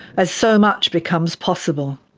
as so much becomes possible.